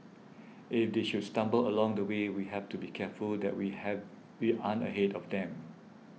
if they should stumble along the way we have to be careful that we have we aren't ahead of them